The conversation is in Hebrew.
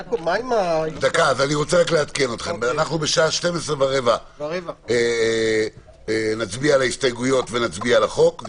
אני מעדכן ב-12:15 נצביע על ההסתייגויות ועל החוק.